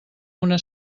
una